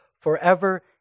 forever